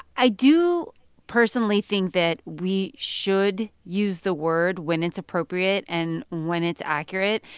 i do personally think that we should use the word when it's appropriate and when it's accurate,